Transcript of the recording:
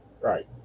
Right